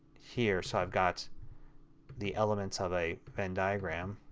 here so i've got the elements of a venn diagram